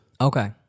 okay